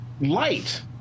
light